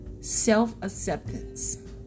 Self-acceptance